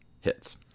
hits